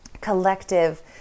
collective